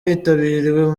witabiriwe